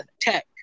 tech